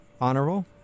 Honorable